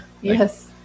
Yes